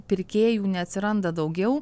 pirkėjų neatsiranda daugiau